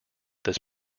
this